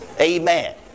Amen